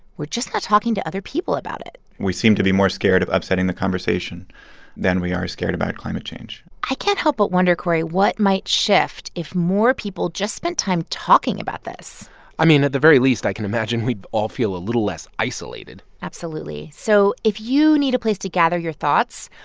we're just not talking to other people about it we seem to be more scared of upsetting the conversation conversation than we are scared about climate change i can't help but wonder, cory, what might shift if more people just spent time talking about this i mean, at the very least, i can imagine we'd all feel a little less isolated absolutely. so if you need a place to gather your thoughts,